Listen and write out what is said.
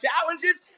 challenges